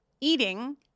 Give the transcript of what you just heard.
eating